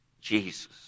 Jesus